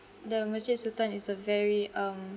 the masjid sultan is a very um